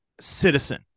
citizen